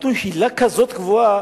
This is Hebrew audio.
נתנו הילה כזאת גבוהה,